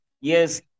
Yes